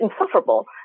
insufferable